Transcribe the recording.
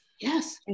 yes